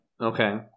Okay